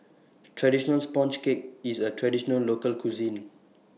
Traditional Sponge Cake IS A Traditional Local Cuisine